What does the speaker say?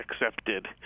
accepted